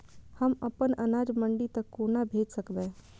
हम अपन अनाज मंडी तक कोना भेज सकबै?